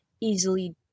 easily